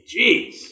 Jeez